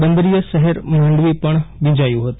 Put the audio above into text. બંદરીય શહેર માંડવી પણ ભીંજાયું હતું